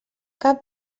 cap